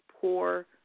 poor